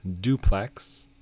Duplex